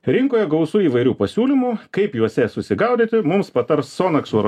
rinkoje gausu įvairių pasiūlymų kaip juose susigaudyti mums patars sonakso centro